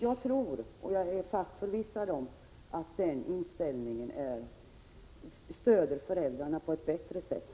Jag är förvissad om att sådana insatser stöder föräldrarna på ett bättre sätt.